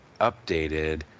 updated